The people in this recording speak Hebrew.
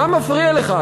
מה מפריע לך,